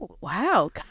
Wow